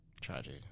Tragic